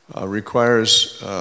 requires